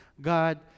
God